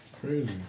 Crazy